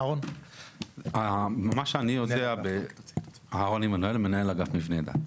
אהרון עמנואל מנהל אגף מבני דת.